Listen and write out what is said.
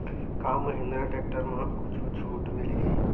का महिंद्रा टेक्टर म कुछु छुट मिलही?